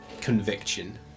conviction